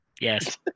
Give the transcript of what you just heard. Yes